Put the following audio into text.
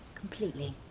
completely.